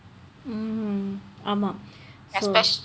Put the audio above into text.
mm ஆமாம்:aamaam so